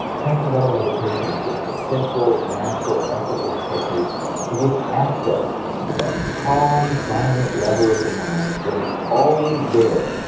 transcendental meditation is just a simple, natural, effortless technique to give access to that calm, silent level of the mind that is always there,